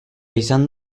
izan